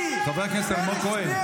חבר הכנסת אלמוג כהן.